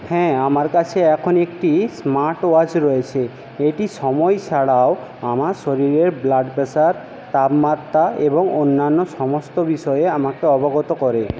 হ্যাঁ আমার কাছে এখন একটি স্মার্ট ওয়াচ রয়েছে এটি সময় ছাড়াও আমার শরীরের ব্লাড প্রেসার তাপমাত্রা এবং অন্যান্য সমস্ত বিষয়ে আমাকে অবগত করে